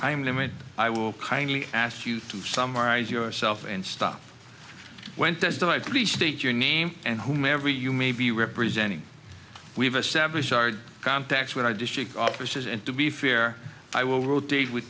time limit i will kindly ask you to summarize yourself and stop went as do i appreciate your name and whomever you may be representing we've established our contact with our district offices and to be fair i will rotate with